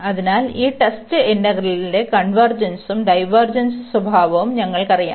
അതിനാൽ ഈ ടെസ്റ്റ് ഇന്റഗ്രലിന്റെ കൺവെർജെൻസും ഡൈവേർജെൻസ് സ്വഭാവവും ഞങ്ങൾക്കറിയാം